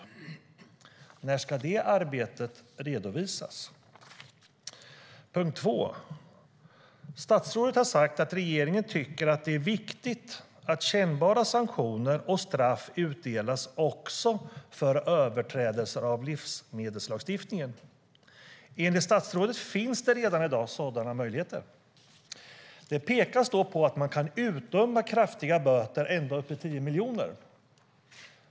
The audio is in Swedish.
När ska det arbetet redovisas? Statsrådet har vidare sagt att regeringen tycker att det är viktigt att kännbara sanktioner och straff utdelas också för överträdelse av livsmedelslagstiftningen. Enligt statsrådet finns det redan i dag sådana möjligheter. Det pekas på att man kan utdöma kraftiga böter ända upp till 10 miljoner.